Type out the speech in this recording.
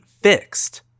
fixed